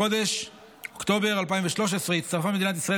בחודש אוקטובר 2023 הצטרפה מדינת ישראל